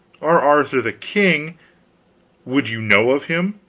our arthur the king would you know of him?